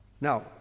Now